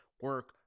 Work